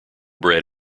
bread